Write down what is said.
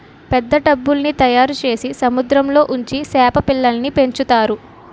పెద్ద టబ్బుల్ల్ని తయారుచేసి సముద్రంలో ఉంచి సేప పిల్లల్ని పెంచుతారు